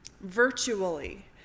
virtually